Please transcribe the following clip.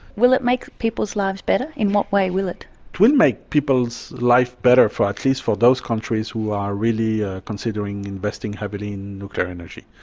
will it make people's lives better? in what way will it? it will make people's life better at least for those countries who are really ah considering investing heavily in nuclear energy.